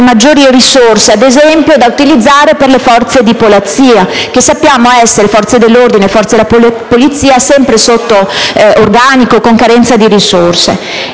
maggiori risorse, ad esempio da utilizzare per le forze della Polizia, che sappiamo essere, le forze dell'ordine in generale, sempre sotto organico e carenti di risorse.